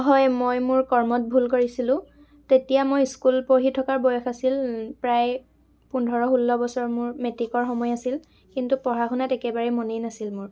হয় মই মোৰ কৰ্মত ভুল কৰিছিলোঁ তেতিয়া মই স্কুল পঢ়ি থকাৰ বয়স আছিল প্ৰায় পোন্ধৰ ষোল্ল বছৰ মোৰ মেট্ৰিকৰ সময় আছিল কিন্তু পঢ়া শুনাত একেবাৰে মনেই নাছিল মোৰ